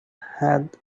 had